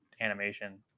animation